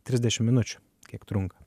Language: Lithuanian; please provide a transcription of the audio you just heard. trisdešim minučių kaip trunka